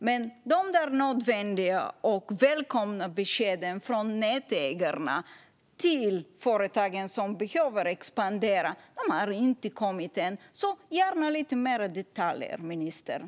Men de nödvändiga och välkomna beskeden från nätägarna till företagen som behöver expandera har inte kommit än. Gärna lite detaljer, ministern!